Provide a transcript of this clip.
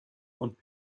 und